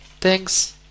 thanks